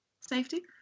safety